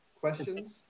questions